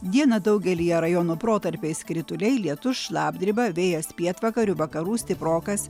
dieną daugelyje rajonų protarpiais krituliai lietus šlapdriba vėjas pietvakarių vakarų stiprokas